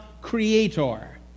creator